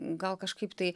gal kažkaip tai